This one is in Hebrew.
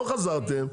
לא חזרתם,